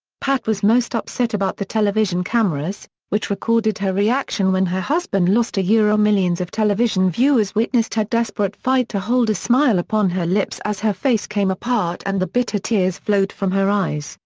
pat was most upset about the television cameras, which recorded her reaction when her husband lost ah millions of television viewers witnessed her desperate fight to hold a smile upon her lips as her face came apart and the bitter tears flowed from her eyes,